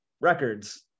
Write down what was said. records